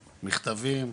מכתבים,